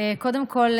קודם כול,